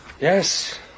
Yes